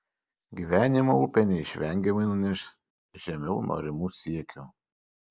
gyvenimo upė neišvengiamai nuneš žemiau norimų siekių